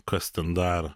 kas ten dar